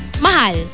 Mahal